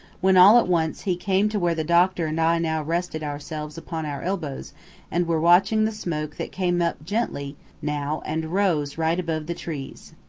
when all at once he came to where the doctor and i now rested ourselves upon our elbows and were watching the smoke that came up gently now and rose right above the trees.